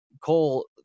Cole